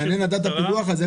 מעניין לדעת את הפילוח הזה,